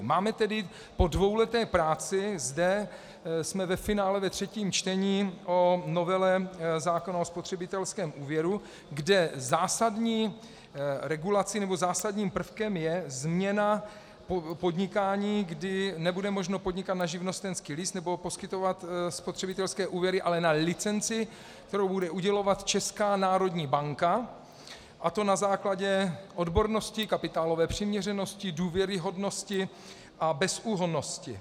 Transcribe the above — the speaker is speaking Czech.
Máme tedy po dvouleté práci zde, jsme ve finále ve třetím čtení o novele zákona o spotřebitelském úvěru, kde zásadním prvkem je změna podnikání, kdy nebude možno podnikat na živnostenský list nebo poskytovat spotřebitelské úvěry, ale na licenci, kterou bude udělovat Česká národní banka, a to na základě odbornosti, kapitálové přiměřenosti, důvěryhodnosti a bezúhonnosti.